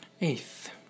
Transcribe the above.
Eighth